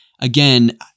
again